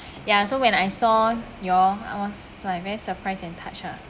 ya so when I saw you'll I was like very surprised and touched ah